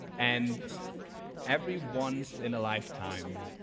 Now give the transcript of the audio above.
and every once in a lifetime,